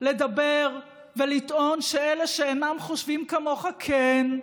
לדבר ולטעון שאלה שאינם חושבים כמוך, כן,